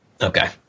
Okay